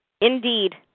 Indeed